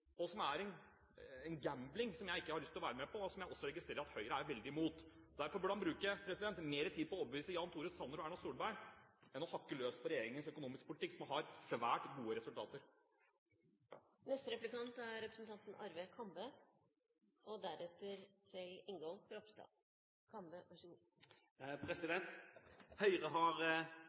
i spill, som er en gambling som jeg ikke har lyst til å være med på, og som jeg også registrerer at Høyre er veldig imot. Derfor burde representanten bruke mer tid på å overbevise Jan Tore Sanner og Erna Solberg, enn på å hakke løs på regjeringens økonomiske politikk, som har svært gode resultater. Høyre har